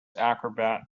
acrobat